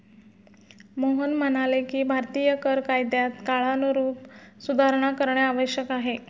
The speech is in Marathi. मोहन म्हणाले की भारतीय कर कायद्यात काळानुरूप सुधारणा करणे आवश्यक आहे